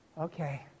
Okay